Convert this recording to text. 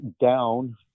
down